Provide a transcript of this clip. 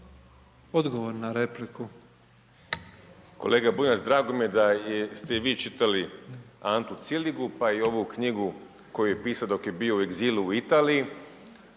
Miro (HDZ)** Kolega Bunjac, drago mi je da ste i vi čitali Antu Ciligu, pa i ovu knjigu koju je pisao dok je bio u egzilu u Italiji.